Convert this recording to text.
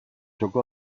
txoko